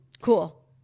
Cool